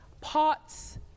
parts